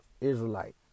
Israelite